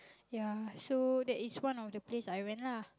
ya so that is one of the place I went lah